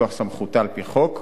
מכוח סמכותה על-פי חוק.